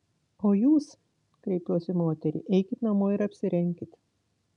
o jūs kreipiuos į moterį eikit namo ir apsirenkit